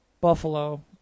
Buffalo